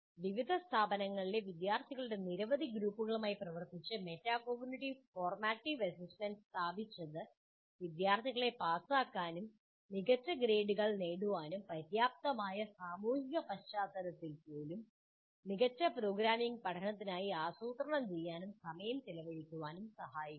വിവിധ സ്ഥാപനങ്ങളിലെ വിദ്യാർത്ഥികളുടെ നിരവധി ഗ്രൂപ്പുകളുമായി പ്രവർത്തിച്ച മെറ്റാകോഗ്നിറ്റീവ് ഫോർമാറ്റീവ് അസസ്മെന്റ് സ്ഥാപിച്ചത് വിദ്യാർത്ഥികളെ പാസാകാനും മികച്ച ഗ്രേഡുകൾ നേടാനും പര്യാപ്തമായ സാമൂഹിക പശ്ചാത്തലത്തിൽ പോലും മികച്ച പ്രോഗ്രാമിംഗ് പഠനത്തിനായി ആസൂത്രണം ചെയ്യാനും സമയം ചെലവഴിക്കാനും സഹായിക്കുന്നു